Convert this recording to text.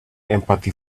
empathy